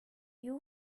you